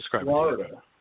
Florida